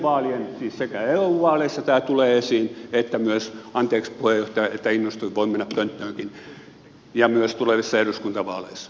siis sekä eu vaaleissa tämä tulee esiin että myös anteeksi puheenjohtaja että innostuin voin mennä pönttöönkin tulevissa eduskuntavaaleissa